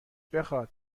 بخواد